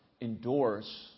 endorse